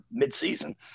midseason